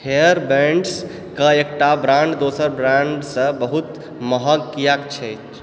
hair bands क एकटा brand दोसर ब्रांड सँ बहुत महग कियाक छै